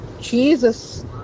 Jesus